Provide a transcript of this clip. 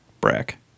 Brack